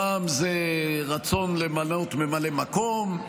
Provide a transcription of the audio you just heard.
פעם זה רצון למנות ממלא מקום,